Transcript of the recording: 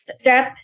step